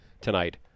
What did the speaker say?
tonight